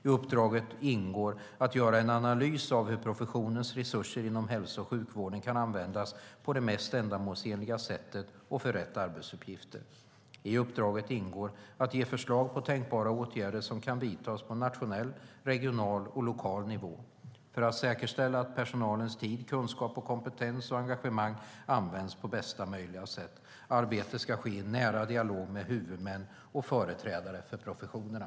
I uppdraget ingår att göra en analys av hur professionens resurser inom hälso och sjukvården kan användas på det mest ändamålsenliga sättet och för rätt uppgifter. I uppdraget ingår att ge förslag på tänkbara åtgärder som kan vidtas på nationell, regional och lokal nivå för att säkerställa att personalens tid, kunskap, kompetens och engagemang används på bästa möjliga sätt. Arbetet ska ske i nära dialog med huvudmän och företrädare för professionerna.